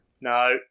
No